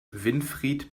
winfried